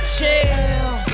Chill